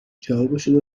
جوابشو